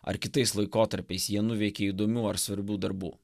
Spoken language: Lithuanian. ar kitais laikotarpiais jie nuveikė įdomių ar svarbių darbų